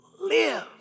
live